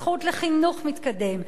הזכות לחינוך מתקדם,